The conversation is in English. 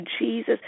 Jesus